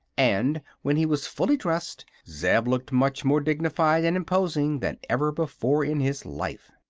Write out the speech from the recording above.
and when he was fully dressed zeb looked much more dignified and imposing than ever before in his life.